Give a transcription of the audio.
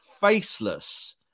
faceless